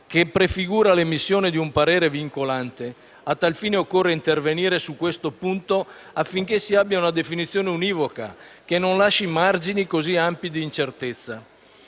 che prefigura l'emissione di un parere vincolante; a tal fine occorre intervenire su questo punto, affinché si abbia una definizione univoca che non lasci margini così ampi di incertezza.